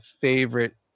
favorite